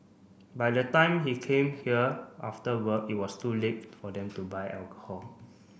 by the time he come here after work it was too late for them to buy alcohol